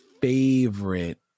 favorite